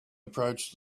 approached